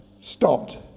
stopped